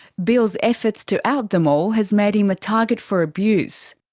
beall's efforts to out them all has made him a target for abuse.